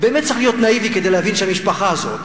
באמת צריך להיות נאיבי כדי להבין שהמשפחה הזאת,